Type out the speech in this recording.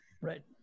Right